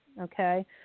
Okay